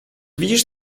widzisz